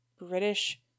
British